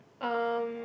um